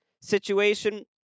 situation